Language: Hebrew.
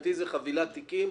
מבחינתי זו חבילת תיקים.